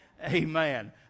Amen